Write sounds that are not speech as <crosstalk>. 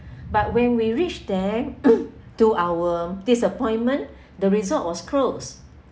but when we reached there <coughs> to our disappointment the resort was closed